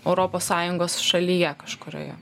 europos sąjungos šalyje kažkurioje